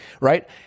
right